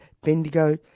Bendigo